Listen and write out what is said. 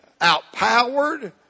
outpowered